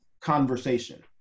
conversation